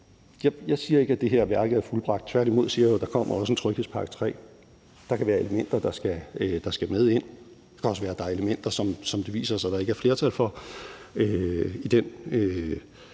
Jeg siger ikke, at det her værk er fuldbragt. Tværtimod siger jeg jo, at der også kommer en tryghedspakke 3. Der kan være elementer, der skal med ind. Det kan også være, at der er elementer, som det viser sig at der ikke er flertal for. I den